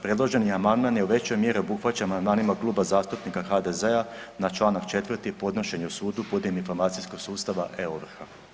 Predloženi amandman je u većoj mjeri obuhvaćen amandmanima Kluba zastupnika HDZ-a na čl. 4. o podnošenju sudu putem informacijskog sustava e-ovrha.